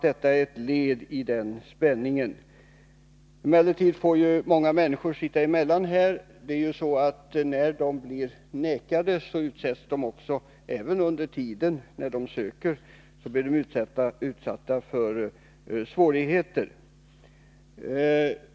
Det är dock många människor som får sitta emellan, och de som vägras utresetillstånd blir utsatta för svårigheter sedan de lämnat in sin ansökan.